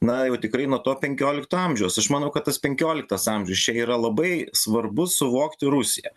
na jau tikrai nuo to penkiolikto amžiaus aš manau kad tas penkioliktas amžius čia yra labai svarbu suvokti rusiją